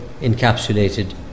encapsulated